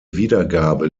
wiedergabe